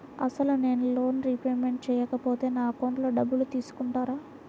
అసలు నేనూ loan repayment చేయకపోతే నా అకౌంట్లో డబ్బులు తీసుకుంటారా?